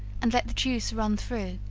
and let the juice run through,